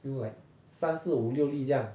a few like 三四五六粒这样